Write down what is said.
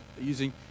using